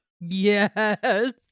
Yes